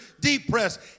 depressed